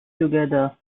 together